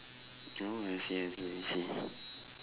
oh I see I see I see